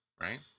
right